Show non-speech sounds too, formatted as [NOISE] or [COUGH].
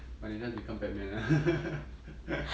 but you don't want to become batman ah [LAUGHS]